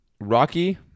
Rocky